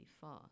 fast